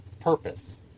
purpose